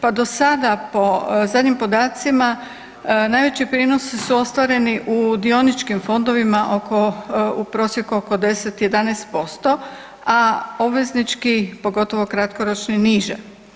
Pa do sada po zadnjim podacima najveći prinosi su ostvareni u dioničkim fondovima u prosjeku oko 10, 11%, a obveznički pogotovo kratkoročni niže.